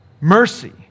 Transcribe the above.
Mercy